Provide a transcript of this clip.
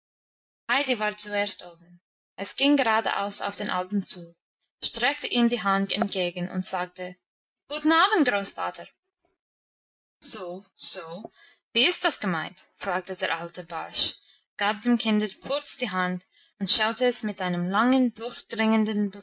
war zuerst oben es ging geradeaus auf den alten zu streckte ihm die hand entgegen und sagte guten abend großvater so so wie ist das gemeint fragte der alte barsch gab dem kinde kurz die hand und schaute es mit einem langen durchdringenden